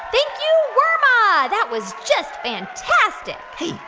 thank you, worma. ah that was just fantastic hey,